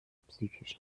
psychisch